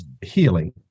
healing